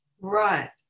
Right